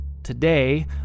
Today